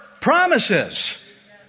promises